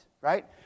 right